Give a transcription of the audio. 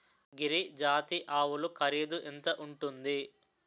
గిరి జాతి ఆవులు ఖరీదు ఎంత ఉంటుంది?